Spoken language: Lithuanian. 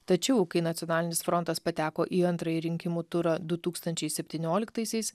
tačiau kai nacionalinis frontas pateko į antrąjį rinkimų turą du tūkstančiai septynioliktaisiais